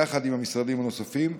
יחד עם המשרדים הנוספים,